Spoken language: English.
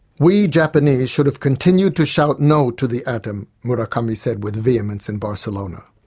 we japanese should have continued to shout no to the atom murakami said with vehemence in barcelona.